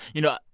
you know,